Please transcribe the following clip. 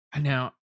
Now